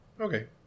Okay